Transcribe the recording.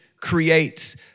creates